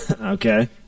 Okay